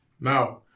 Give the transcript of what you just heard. No